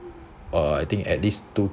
uh I think at least two